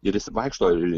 ir jis vaikšto ir